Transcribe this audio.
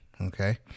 okay